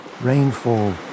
rainfall